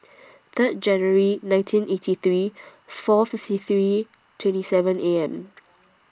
Third January nineteen eighty three four fifty three twenty seven A M